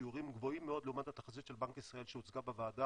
בשיעורים גבוהים מאוד לעומת התחזית של בנק ישראל שהוצגה בוועדה,